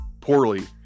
poorly